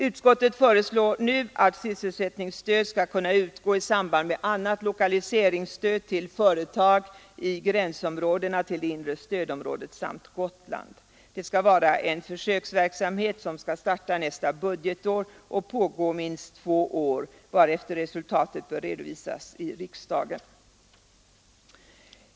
Utskottet föreslår nu att sysselsättningsstöd skall kunna utgå i samband med annat lokaliseringsstöd till företag i gränsområdena till det inre stödområdet samt Gotland. Det skall vara en försöksverksamhet som skall starta nästa budgetår och pågå minst två år, varefter resultatet bör redovisas i riksdagen.